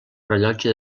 rellotge